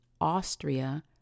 Austria